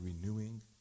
renewing